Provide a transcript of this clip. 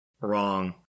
Wrong